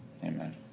amen